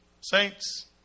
Saints